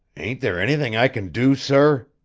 ain't there anything i can do, sir?